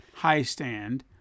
Highstand